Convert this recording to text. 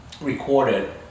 recorded